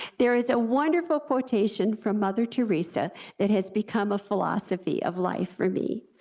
there is a wonderful quotation from mother theresa that has become a philosophy of life for me,